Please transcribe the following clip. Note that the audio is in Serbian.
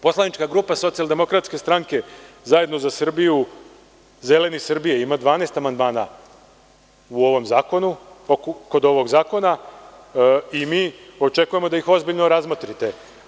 Poslanička grupa Socijaldemokratske strane, Zajedno za Srbiju, Zeleni Srbije ima 12 amandmana kod ovog zakona i mi očekujemo da ih ozbiljno razmotrite.